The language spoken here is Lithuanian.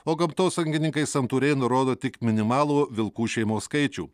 o gamtosaugininkai santūriai nurodo tik minimalų vilkų šeimos skaičių